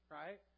right